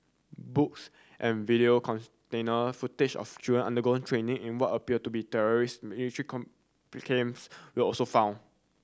books and video footage of children undergoing training in what appeared to be terrorist military were also found